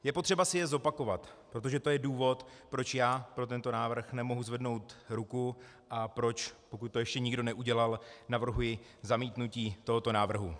Je potřeba si je zopakovat, protože to je důvod, proč já pro tento návrh nemohu zvednout ruku a proč, pokud to ještě nikdo neudělal, navrhuji zamítnutí tohoto návrhu.